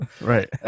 right